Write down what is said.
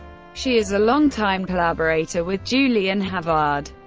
she is a longtime collaborator with julien havard.